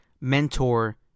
mentor